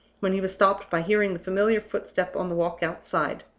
when he was stopped by hearing the familiar footstep on the walk outside.